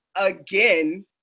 again